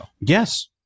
Yes